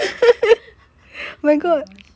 oh my gosh